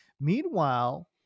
Meanwhile